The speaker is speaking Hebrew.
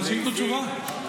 אבל שייתנו תשובה.